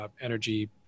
energy